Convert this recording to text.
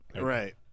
Right